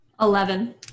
Eleven